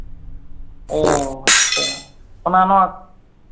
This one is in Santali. ᱚ ᱟᱪᱪᱷᱟ ᱚᱱᱟ ᱱᱚᱣᱟ